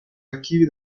archivi